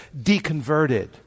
deconverted